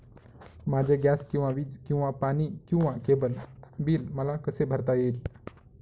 माझे गॅस किंवा वीज किंवा पाणी किंवा केबल बिल मला कसे भरता येईल?